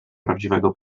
prawdziwego